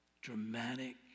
dramatic